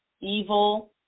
evil